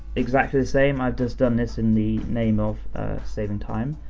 exactly the same. i've just done this in the name of saving time.